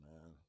man